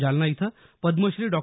जालना इथं पद्मश्री डॉ